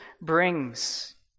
brings